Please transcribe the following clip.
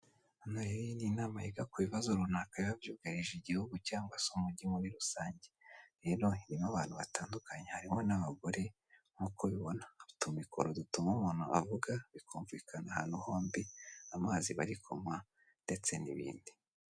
Hano rero iyi ni inama yiga ku bibazo runaka biba byugarije igihugu cyangwa se umujyi muri rusange rero irimo abantu batandukanye harimo n'abagore nkuko ubibona utu mikoro dutuma umuntu avuga bikumvikana ahantu hombi amazi bari kunkwa ndetse nibindi.